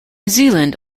zealand